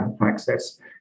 access